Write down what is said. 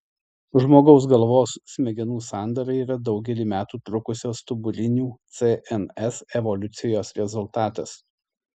žmogaus galvos smegenų sandara yra daugelį metų trukusios stuburinių cns evoliucijos rezultatas